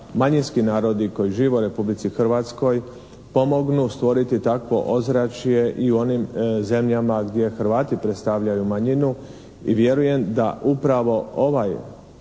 manjinski narodi koji žive u Republici Hrvatskoj pomognu stvoriti takvo ozračje i u onim zemljama gdje Hrvati predstavljaju manjinu i vjerujem da upravo ovaj